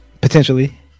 potentially